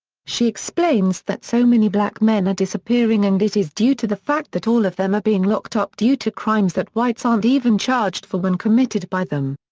she explains that so many black men are disappearing and it is due to the fact that all of them are being locked up due to crimes that whites aren't even charged for when committed by them.